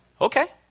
Okay